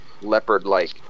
leopard-like